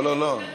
לא, לא.